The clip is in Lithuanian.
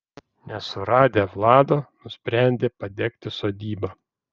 nesuradę vlado nusprendė padegti sodybą